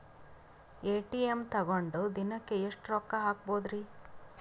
ATM ತಗೊಂಡ್ ದಿನಕ್ಕೆ ಎಷ್ಟ್ ರೊಕ್ಕ ಹಾಕ್ಬೊದ್ರಿ?